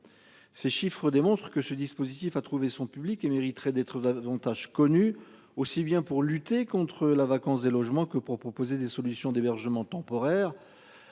Ces chiffres démontrent que ce dispositif a trouvé son public et mériterait d'être davantage connu aussi bien pour lutter contre la vacance des logements que pour proposer des solutions d'hébergement temporaire.